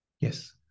Yes